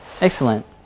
Excellent